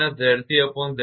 આ સમીકરણ 64 છે